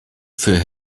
für